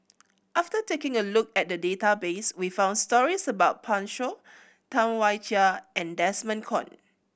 after taking a look at the database we found stories about Pan Shou Tam Wai Jia and Desmond Kon